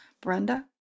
Brenda